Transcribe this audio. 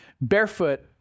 Barefoot